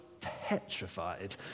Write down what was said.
petrified